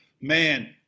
man